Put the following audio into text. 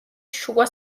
შუა